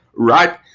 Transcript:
right?